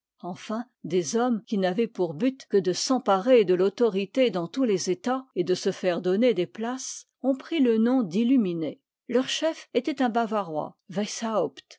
enfin des hommes qui n'avaient pour but que de s'emparer de l'autorité dans tous les états et de se faire donner des places ont pris le nom d'iiiuminés leur chef étaitun bavarois